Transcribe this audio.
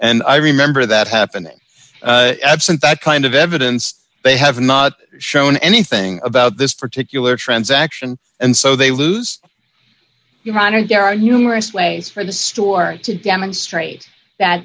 and i remember that happening absent that kind of evidence they have not shown anything about this particular transaction and so they lose your honor guard humorous ways for the store to demonstrate that